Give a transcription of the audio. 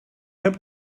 heb